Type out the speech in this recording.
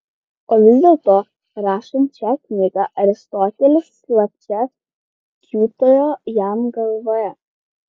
o vis dėlto rašant šią knygą aristotelis slapčia kiūtojo jam galvoje